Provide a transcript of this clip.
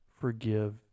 forgive